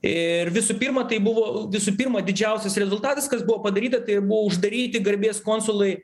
ir visų pirma tai buvo visų pirma didžiausias rezultatas kas buvo padaryta tai buvo uždaryti garbės konsulai